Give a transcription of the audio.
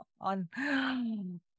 on